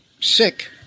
sick